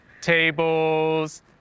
tables